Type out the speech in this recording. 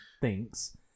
thinks